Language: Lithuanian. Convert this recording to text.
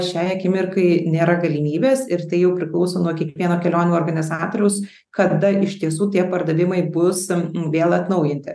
šiai akimirkai nėra galimybės ir tai jau priklauso nuo kiekvieno kelionių organizatoriaus kada iš tiesų tie pardavimai bus vėl atnaujinti